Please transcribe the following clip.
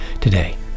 Today